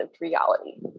reality